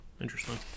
Interesting